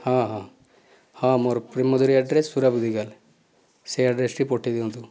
ହଁ ହଁ ହଁ ମୋର ପ୍ରେମଜରି ଆଡ଼୍ରେସ ସୁରଜ ଦିଗାଲ ସେହି ଆଡ଼୍ରେସକୁ ପଠାଇଦିଅନ୍ତୁ